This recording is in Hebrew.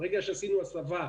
ברגע שעשינו הסבה,